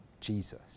Jesus